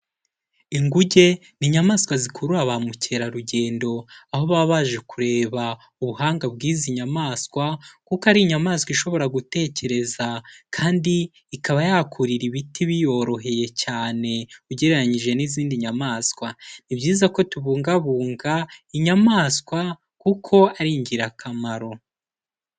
Inguge ni inyamaswa zikurura ba mukerarugendo, aho baba baje kureba ubuhanga bw'izi nyamaswa kuko ari inyamaswa ishobora gutekereza, kandi ikaba yakurira ibiti biyoroheye cyane, ugereranyije n'izindi nyamaswa, ni byiza ko tubungabunga inyamaswa kuko ari ingirakamaro.